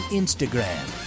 instagram